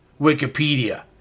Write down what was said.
Wikipedia